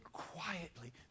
quietly